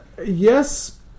Yes